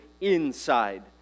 inside